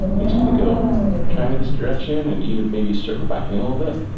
it's gonna go kind of this direction and even maybe circle back in a little bit.